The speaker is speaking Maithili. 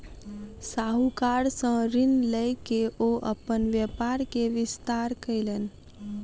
साहूकार सॅ ऋण लय के ओ अपन व्यापार के विस्तार कयलैन